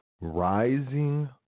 rising